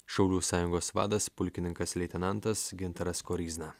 šaulių sąjungos vadas pulkininkas leitenantas gintaras koryzna